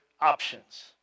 options